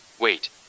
wait